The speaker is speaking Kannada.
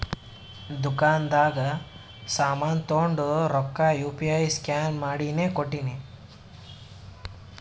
ದುಕಾಂದಾಗ್ ಸಾಮಾನ್ ತೊಂಡು ರೊಕ್ಕಾ ಯು ಪಿ ಐ ಸ್ಕ್ಯಾನ್ ಮಾಡಿನೇ ಕೊಟ್ಟಿನಿ